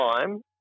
time